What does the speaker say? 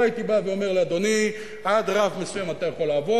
לא הייתי בא ואומר לאדוני: עד רף מסוים אתה יכול לעבוד.